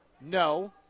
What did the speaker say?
No